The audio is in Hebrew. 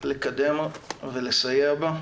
לקדם ולסייע בה.